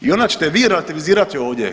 I onda ćete vi relativizirati ovdje.